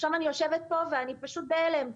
עכשיו אני יושבת פה ואני פשוט בהלם.